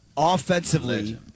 offensively